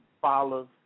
follows